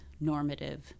normative